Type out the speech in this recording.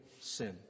sin